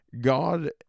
God